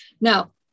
Now